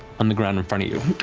on the ground in front of you.